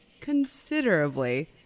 considerably